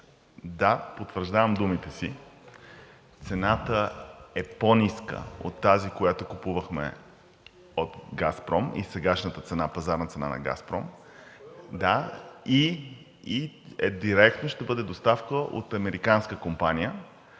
Да, потвърждавам думите си – цената е по ниска от тази, на която купувахме от „Газпром“ и сегашната пазарна цена на „Газпром“, и директно ще бъде доставка от американска компания